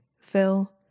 Phil